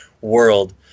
world